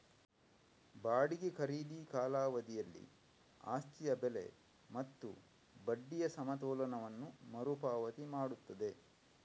ಬಾಡಿಗೆ ಖರೀದಿ ಕಾಲಾವಧಿಯಲ್ಲಿ ಆಸ್ತಿಯ ಬೆಲೆ ಮತ್ತು ಬಡ್ಡಿಯ ಸಮತೋಲನವನ್ನು ಮರು ಪಾವತಿ ಮಾಡುತ್ತದೆ